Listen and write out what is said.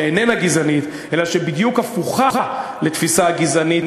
שאיננה גזענית אלא בדיוק הפוכה לתפיסה הגזענית,